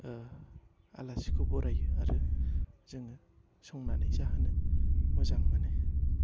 आलासिखौ बरायो आरो जोङो संनानै जाहोनो मोजां मोनो